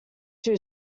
too